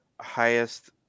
highest